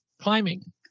Climbing